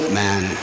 man